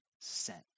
sent